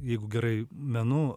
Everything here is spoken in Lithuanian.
jeigu gerai menu